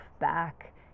back